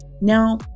Now